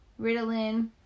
Ritalin